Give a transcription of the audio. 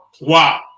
wow